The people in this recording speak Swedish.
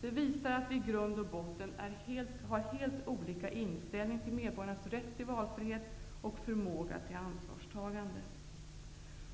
Det visar att vi i grund och botten har helt olika inställning till medborgarnas rätt till valfrihet och förmåga till ansvarstagande.